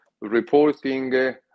reporting